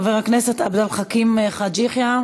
חבר הכנסת עבד אל חכים חאג' יחיא,